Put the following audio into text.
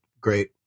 great